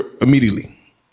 immediately